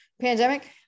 pandemic